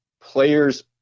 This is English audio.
players